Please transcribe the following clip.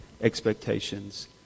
expectations